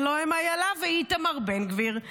הלוא הם אילה ואיתמר בן גביר,